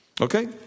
Okay